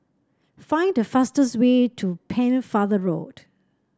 find the fastest way to Pennefather Road